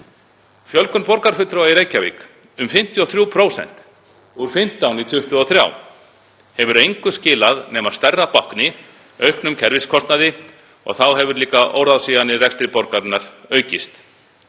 Fjölgun borgarfulltrúa í Reykjavík um 53%, úr 15 í 23, hefur engu skilað nema stærra bákni, auknum kerfiskostnaði og þá hefur líka óráðsían í rekstri borgarinnar aukist.